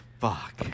Fuck